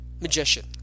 Magician